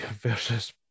versus